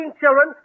children